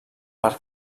per